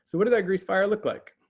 so what did that grease fire look like?